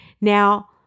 Now